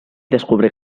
descubre